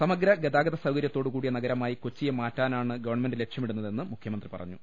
സമഗ്ര ഗതാഗത സൌകര്യത്തോടുകൂടിയ നഗരമായി കൊച്ചിയെ മാറ്റാനാണ് ഗവൺമെന്റ് ലക്ഷ്യമിടുന്നതെന്ന് മുഖ്യമന്ത്രി പറഞ്ഞു